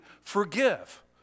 forgive